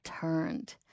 turned